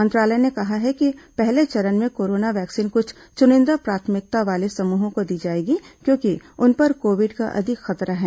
मंत्रालय ने कहा है कि पहले चरण में कोरोना वैक्सीन क्छ चुनिंदा प्राथमिकता वाले समूहों को दी जायेगी क्योंकि उन पर कोविड का अधिक खतरा है